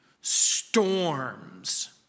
storms